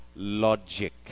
Logic